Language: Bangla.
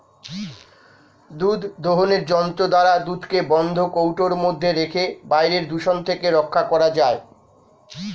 দুধ দোহনের যন্ত্র দ্বারা দুধকে বন্ধ কৌটোর মধ্যে রেখে বাইরের দূষণ থেকে রক্ষা করা যায়